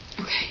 Okay